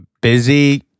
busy